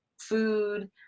food